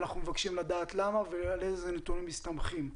אנחנו מבקשים לדעת למה ועל איזה נתונים מסתמכים.